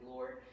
Lord